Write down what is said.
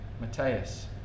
Matthias